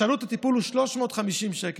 כשעלות הטיפול היא 350 שקל.